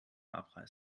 abreißen